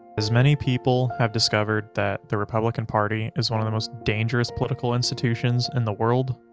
as many people have discovered that the republican party is one of the most dangerous political institutions in the world.